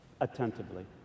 attentively